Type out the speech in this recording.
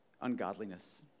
ungodliness